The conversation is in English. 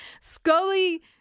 Scully